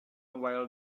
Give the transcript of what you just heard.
while